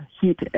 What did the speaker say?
heat